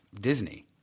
Disney